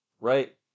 right